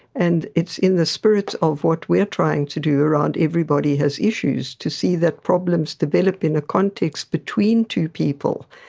and it's in the spirit of what we are trying to do around everybody has issues to see that problems develop in a context between two people,